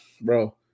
bro